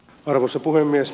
arvoisa puhemies